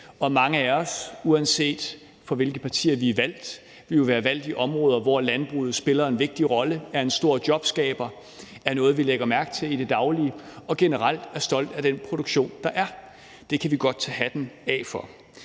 og mange af os, uanset for hvilket parti vi er valgt, er blevet valgt i områder, hvor landbruget spiller en vigtig rolle, er en stor jobskaber og er noget, vi lægger mærke til i det daglige, og generelt er vi stolte af den produktion, der er. Det kan vi godt tage hatten af for.